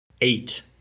eight